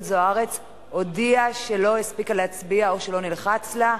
זוארץ לא הספיקה להצביע או שלא נלחץ לה.